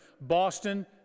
Boston